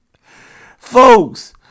Folks